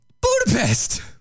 Budapest